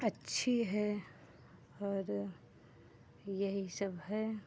अच्छी है और यही सब है